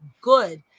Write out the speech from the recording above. good